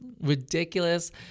ridiculous